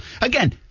again –